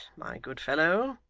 my good fellow,